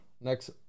Next